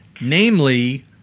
namely